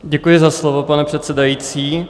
Děkuji za slovo, pane předsedající.